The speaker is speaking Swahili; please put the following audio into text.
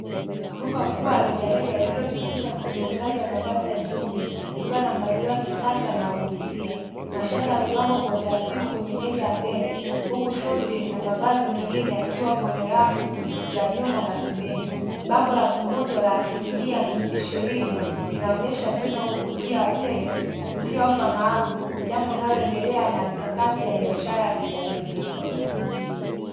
Duka kubwa la rejareja lililojikita kwenye uuzaji wa mavazi ya kiume likiwa na mpangilio mzuri na wakuvutia, mashati yamepangwa kwa utaratibu kwenye meza ya mbele uku suti na mavazi mengine yakiwa kwenye rafu za nyuma na pembeni bango la punguzo la asilimia ishirini, linaonyesha mbinu ya kuvutia wateja kupitia ofa maalumu jambo linaloendelea na mkakati wa biashara ya rejareja.